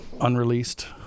unreleased